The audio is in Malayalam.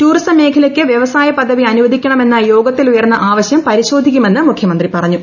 ടൂറിസം മേഖലയ്ക്ക് വ്യവസായ പദവി അനുവദിക്കണമെന്ന യോഗത്തിലുയർന്ന ആവശ്യം പരിശോധിക്കുമെന്ന് മുഖ്യമന്ത്രി പറഞ്ഞു